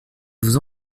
vous